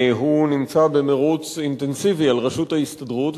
הוא נמצא במירוץ אינטנסיבי על ראשות ההסתדרות,